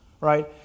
right